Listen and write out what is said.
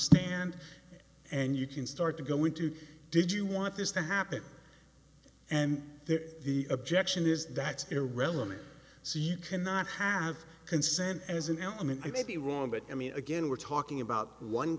stand and you can start to go into did you want this to happen and the objection is that's irrelevant so you cannot have consent as an element i may be wrong but i mean again we're talking about one